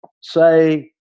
say